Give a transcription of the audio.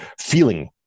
feeling